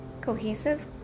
cohesive